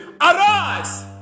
Arise